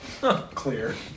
clear